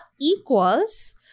equals